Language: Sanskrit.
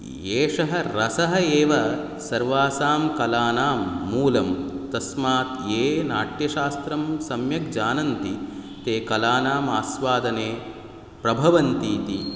एषः रसः एव सर्वासां कलानां मूलं तस्मात् ये नाट्यशास्त्रं सम्यग्जानन्ति ते कलानामास्वादने प्रभवन्तीति